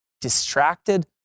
distracted